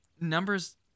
numbers